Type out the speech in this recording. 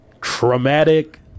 traumatic